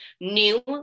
new